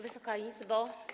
Wysoka Izbo!